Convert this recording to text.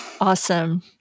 Awesome